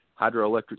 hydroelectric